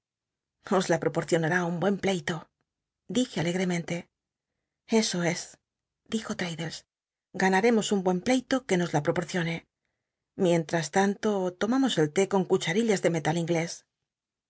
os la poporcionar i un buen pleito dije alegremente eso es dijo j'mddlcs ganaremos un buen pleito que nos la ptopocionc licnllas tanto tomamos el té con cucharillas de metal inglés